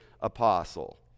apostle